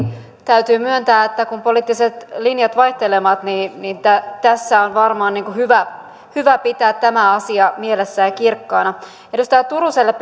täytyy myöntää että kun poliittiset linjat vaihtelevat niin niin tässä on varmaan hyvä hyvä pitää tämä asia mielessä ja kirkkaana edustaja turuselle